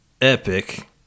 epic